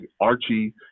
Archie